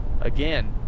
Again